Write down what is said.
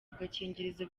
agakingirizo